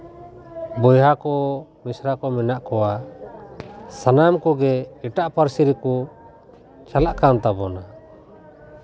ᱵᱚᱭᱦᱟ ᱠᱚ ᱢᱤᱥᱨᱟ ᱠᱚ ᱢᱮᱱᱟᱜ ᱠᱚᱣᱟ ᱥᱟᱱᱟᱢ ᱠᱚᱜᱮ ᱮᱴᱟᱜ ᱯᱟᱹᱨᱥᱤ ᱨᱮᱠᱚ ᱪᱟᱞᱟᱜ ᱠᱟᱱ ᱛᱟᱵᱚᱱᱟ